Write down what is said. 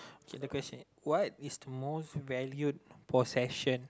K the question what is the most valued possession